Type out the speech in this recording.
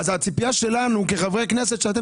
אז הציפייה שלנו כחברי כנסת שגם אתם